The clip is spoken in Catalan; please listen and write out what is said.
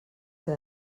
que